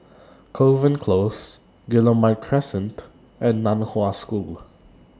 Kovan Close Guillemard Crescent and NAN Hua High School